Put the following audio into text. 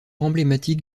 emblématique